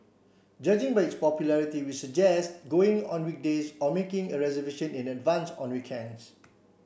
judging by its popularity we'd suggest going on weekdays or making a reservation in advance on weekends